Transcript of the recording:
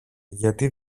γιατί